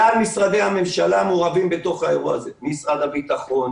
כלל משרדי הממשלה מעורבים בתוך האירוע הזה: משרד הביטחון,